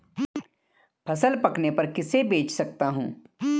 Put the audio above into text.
फसल पकने पर किसे बेच सकता हूँ?